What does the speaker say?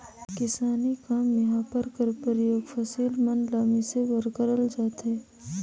किसानी काम मे हापर कर परियोग फसिल मन ल मिसे बर करल जाथे